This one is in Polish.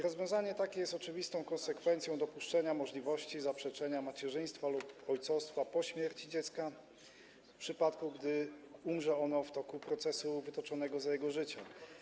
Rozwiązanie takie jest oczywistą konsekwencją dopuszczenia możliwości zaprzeczenia macierzyństwa lub ojcostwa po śmierci dziecka, w przypadku gdy umrze ono w toku procesu wytoczonego za jego życia.